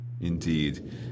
Indeed